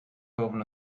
boven